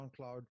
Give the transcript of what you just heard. SoundCloud